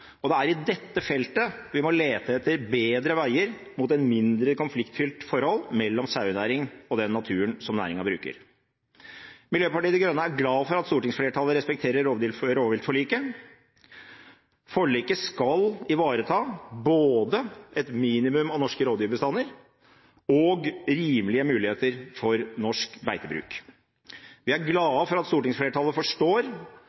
natur. Det er i dette feltet vi må lete etter bedre veier mot et mindre konfliktfylt forhold mellom sauenæring og den naturen som næringen bruker. Vi i Miljøpartiet De Grønne er glad for at stortingsflertallet respekterer rovviltforliket. Forliket skal ivareta både et minimum av norske rovdyrbestander og rimelige muligheter for norsk beitebruk. Vi er